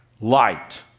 Light